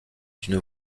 d’une